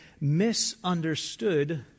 misunderstood